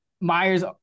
Myers